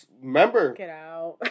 remember